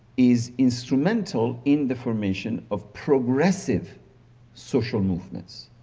is instrumental in the formation of progressive social movements.